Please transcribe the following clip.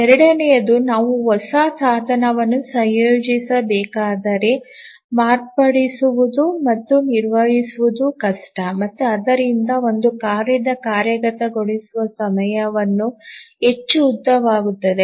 ಎರಡನೆಯದು ನಾವು ಹೊಸ ಸಾಧನವನ್ನು ಸಂಯೋಜಿಸಬೇಕಾದರೆ ಮಾರ್ಪಡಿಸುವುದು ಮತ್ತು ನಿರ್ವಹಿಸುವುದು ಕಷ್ಟ ಮತ್ತು ಆದ್ದರಿಂದ ಒಂದು ಕಾರ್ಯದ ಕಾರ್ಯಗತಗೊಳಿಸುವ ಸಮಯವು ಹೆಚ್ಚು ಉದ್ದವಾಗುತ್ತದೆ